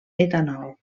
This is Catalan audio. etanol